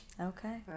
Okay